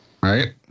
Right